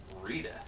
Rita